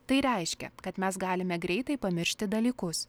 tai reiškia kad mes galime greitai pamiršti dalykus